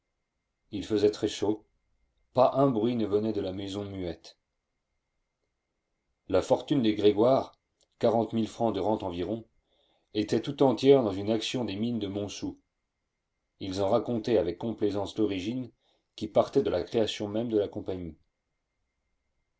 il faisait très chaud pas un bruit ne venait de la maison muette la fortune des grégoire quarante mille francs de rentes environ était tout entière dans une action des mines de montsou ils en racontaient avec complaisance l'origine qui partait de la création même de la compagnie